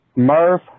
Murph